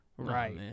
Right